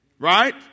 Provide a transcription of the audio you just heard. Right